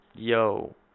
Yo